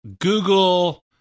Google